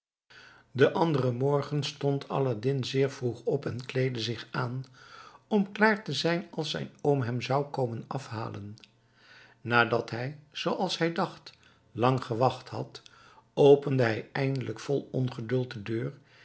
den anderen morgen stond aladdin zeer vroeg op en kleedde zich aan om klaar te zijn als zijn oom hem zou komen afhalen nadat hij zooals hij dacht lang gewacht had opende hij eindelijk vol ongeduld de deur